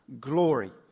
glory